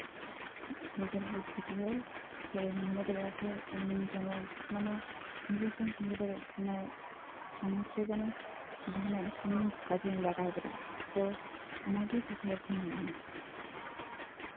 ᱱᱤᱡᱮᱨ ᱵᱩᱫᱽᱫᱷᱤ ᱫᱤᱭᱮ ᱥᱮ ᱢᱚᱱᱮ ᱦᱳᱭᱳᱜᱼᱟ ᱤᱧ ᱡᱮᱱᱚ ᱢᱟᱱᱮ ᱱᱤᱡᱮᱨ ᱯᱟᱭᱮᱧ ᱛᱮᱸᱜᱳ ᱫᱟᱲᱮᱭᱟᱜ ᱥᱚᱢᱟᱡᱽ ᱨᱮ ᱡᱮᱱᱚ ᱡᱟᱦᱟᱱᱟᱜ ᱠᱟᱢᱤ ᱠᱟᱡᱽᱨᱤᱧ ᱞᱟᱜᱟᱣ ᱫᱟᱲᱮᱭᱟᱜ ᱛᱚ ᱚᱱᱟᱜᱮ ᱡᱷᱚᱛᱚ ᱦᱚᱲ ᱠᱚ ᱢᱚᱱᱮᱭᱟ